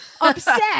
upset